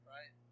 Right